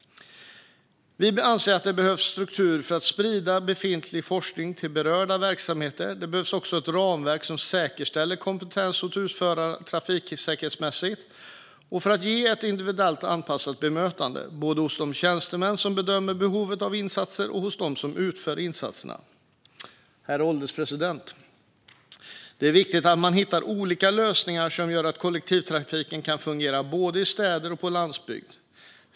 Vi anser att det behövs strukturer för att sprida befintlig forskning till berörda verksamheter. Det behövs också ett ramverk som säkerställer kompetensen hos utförarna trafiksäkerhetsmässigt och när det gäller att ge ett individuellt anpassat bemötande, både hos de tjänstemän som bedömer behovet av insatser och hos dem som utför insatserna. Herr ålderspresident! Det är viktigt att man hittar olika lösningar som gör att kollektivtrafiken kan fungera både i städer och på landsbygd.